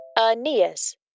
Aeneas